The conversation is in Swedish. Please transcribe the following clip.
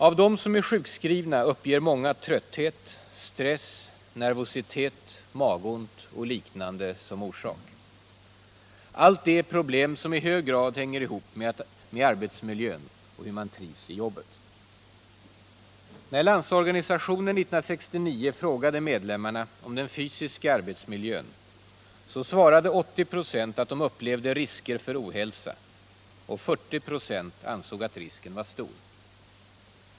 Av dem som är sjukskrivna uppger många trötthet, stress, nervositet, magont och liknande som orsak. Allt detta är problem som i hög grad hänger ihop med arbetsmiljön och med hur man trivs i jobbet. När Landsorganisationen 1969 frågade medlemmarna om den fysiska arbetsmiljön, svarade 80 96 att de upplevde risker för ohälsa, och 40 96 ansåg att risken var stor.